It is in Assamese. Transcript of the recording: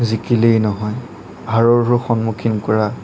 জিকিলেই নহয় হাৰৰো সন্মুখীন কৰা